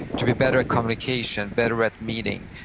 to be better at communication, better at meeting,